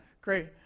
great